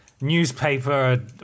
newspaper